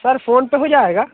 sir phone पर हो जाएगा